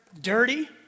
dirty